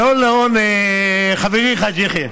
מן הון להון, חברי חאג' יחיא,